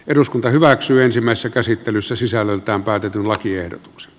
eduskunta hyväksyy ensimmäisessä käsittelyssä sisällöltään päätetyn lakiehdotuksen